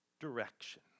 direction